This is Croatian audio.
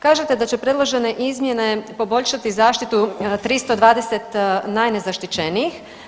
Kažete da će predložene izmjene poboljšati zaštitu 320 najnezaštićenijih.